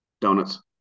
Donuts